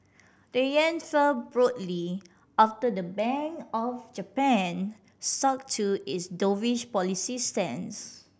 the yen fell broadly after the Bank of Japan stuck to its doveish policy stance